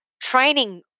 training